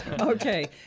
Okay